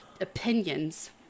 opinions